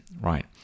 right